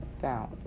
found